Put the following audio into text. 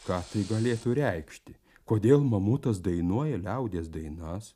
ką tai galėtų reikšti kodėl mamutas dainuoja liaudies dainas